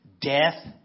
death